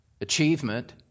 achievement